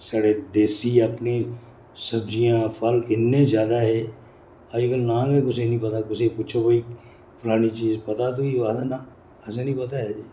स्हाड़े देसी अपनी सब्जियां फल इन्ने ज्यादा हे अज्जकल नांऽ गै कुसै गी नी पता कुसै गी पुच्छो भई फलानी चीज पता ऐ तुगी ओह् आखदा ना असें नी पता ऐ जी